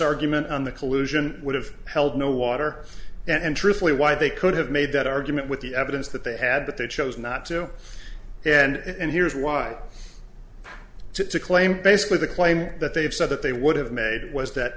argument on the collusion would have held no water and truthfully why they could have made that argument with the evidence that they had but they chose not to and here's why to claim basically the claim that they have said that they would have made it was that